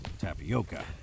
tapioca